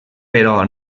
però